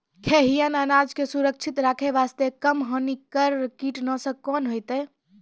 खैहियन अनाज के सुरक्षित रखे बास्ते, कम हानिकर कीटनासक कोंन होइतै?